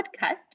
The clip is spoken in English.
podcast